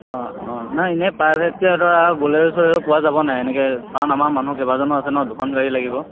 অঁ অঁ নাই এনেই প্ৰাইভেটকৈ ধৰা ব'লেৰ' ছ'লেৰ' পোৱা যাব নাই এনেকৈ কাৰণ আমাৰ মানুহ কেইবাজনো আছে ন দুখন গাড়ী লাগিব